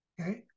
Okay